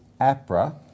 APRA